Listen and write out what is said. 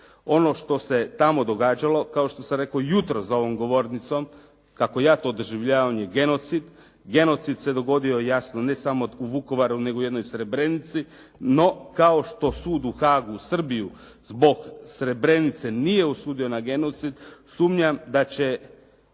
Ono što se tamo događalo kao što sam rekao jutros za ovom govornicom kako ja to doživljavam je genocid. Genocid se dogodio jasno ne samo u Vukovaru nego u jednoj Srebrenici, no kao što sud u Haagu Srbiju zbog Srebrenice nije osudio na genocid sumnjam da će